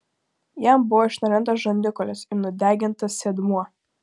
jam buvo išnarintas žandikaulis ir nudegintas sėdmuo